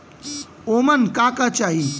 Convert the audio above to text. ओमन का का चाही?